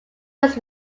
was